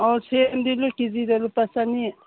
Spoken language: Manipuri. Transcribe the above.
ꯑꯣ ꯁꯦꯝꯗꯤꯅꯦ ꯀꯤ ꯖꯤꯗ ꯂꯨꯄꯥ ꯆꯅꯤ